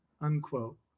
unquote